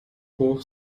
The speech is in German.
hoch